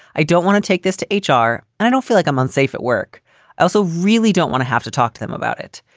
i don't want to take this to h r. i don't feel like i'm unsafe at work. i also really don't want to have to talk to them about it.